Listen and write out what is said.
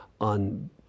on